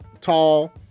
tall